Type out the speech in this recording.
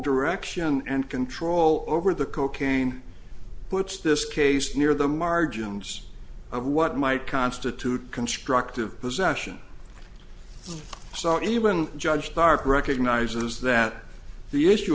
direction and control over the cocaine puts this case near the margins of what might constitute constructive possession so even the judge stark recognizes that the issue